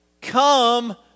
Come